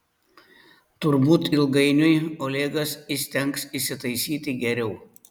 turbūt ilgainiui olegas įstengs įsitaisyti geriau